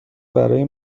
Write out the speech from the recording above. برای